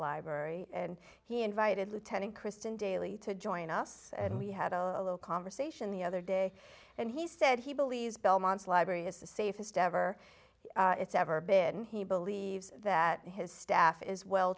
library and he invited lieutenant kristen daly to join us and we had a little conversation the other day and he said he believes belmont's library is the safest ever it's ever been he believes that his staff is well